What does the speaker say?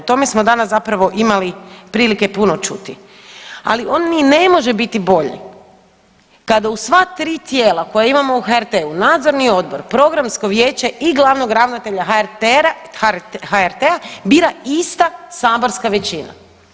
O tome smo danas zapravo imali prilike puno čuti, ali on ni ne može biti bolji kada u sva tri tijela koja imamo u HRT-u, nadzorni odbor, programsko vijeće i glavnog ravnatelja HRT-a bira ista saborska većina.